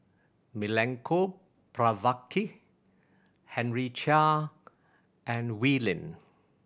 Milenko Prvacki Henry Chia and Wee Lin